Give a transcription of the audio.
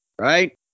Right